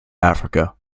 africa